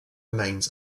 remains